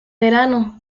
verano